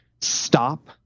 stop